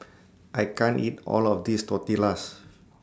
I can't eat All of This Tortillas